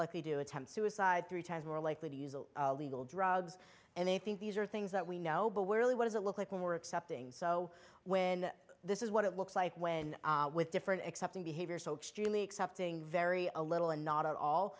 likely do attempt suicide three times more likely to use a legal drugs and they think these are things that we know but we're really what does it look like when we're accepting so when this is what it looks like when with different accepting behavior so extremely accepting very a little and not at all